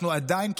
אנחנו עדיין,